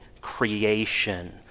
creation